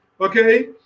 okay